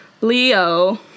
Leo